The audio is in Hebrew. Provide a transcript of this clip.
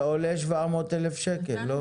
זה עולה 700,000 ₪ לא.